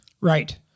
Right